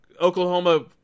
Oklahoma